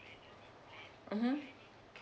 mmhmm